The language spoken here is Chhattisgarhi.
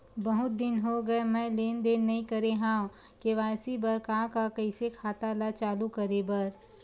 बहुत दिन हो गए मैं लेनदेन नई करे हाव के.वाई.सी बर का का कइसे खाता ला चालू करेबर?